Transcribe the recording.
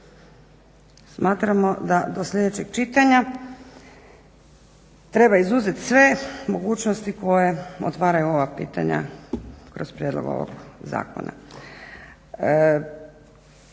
Smatramo da do sljedećeg čitanja treba izuzet sve mogućnosti koje otvaraju ova pitanja kroz prijedlog ovog zakona.